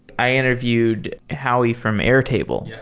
i interviewed howie from airtable, yeah